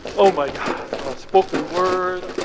oh, my god spoken word,